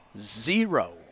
zero